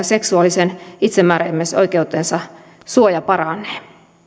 seksuaalisen itsemääräämisoikeutensa suojansa paranee